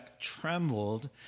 trembled